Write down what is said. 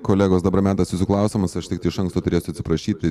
kolegos dabar metas jūsų klausimams aš tik iš anksto turėsiu atsiprašyti